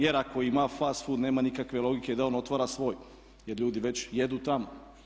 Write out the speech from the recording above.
Jer ako ima fast food nema nikakve logike da on otvara svoj jer ljudi već jedu tamo.